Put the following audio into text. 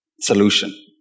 solution